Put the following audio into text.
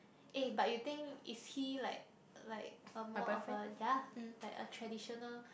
eh but you think is he like like a more of a ya like a traditional